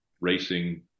racing